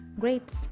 grapes